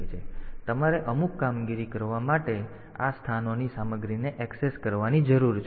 હવે તમારે અમુક કામગીરી કરવા માટે આ સ્થાનોની સામગ્રીને ઍક્સેસ કરવાની જરૂર છે